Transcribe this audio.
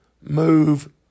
move